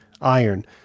iron